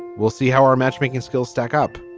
we'll see how our matchmaking skills stack up.